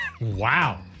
Wow